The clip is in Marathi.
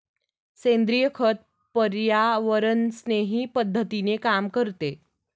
सेंद्रिय खत पर्यावरणस्नेही पद्धतीने काम करते